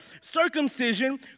circumcision